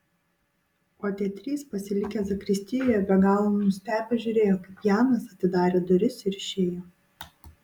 o tie trys pasilikę zakristijoje be galo nustebę žiūrėjo kaip janas atidarė duris ir išėjo